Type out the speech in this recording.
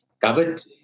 covered